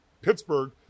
Pittsburgh